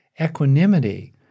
Equanimity